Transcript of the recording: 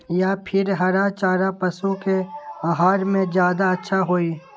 या फिर हरा चारा पशु के आहार में ज्यादा अच्छा होई?